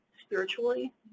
spiritually